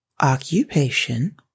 occupation